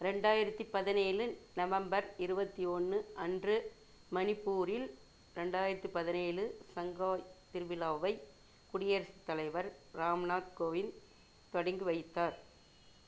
ரெண்டாயிரத்தி பதினேழு நவம்பர் இருபத்தி ஒன்று அன்று மணிப்பூரில் ரெண்டாயிரத்தி பதினேழு சங்காய் திருவிழாவை குடியரசு தலைவர் ராம்நாத் கோவிந்த் தொடங்கி வைத்தார்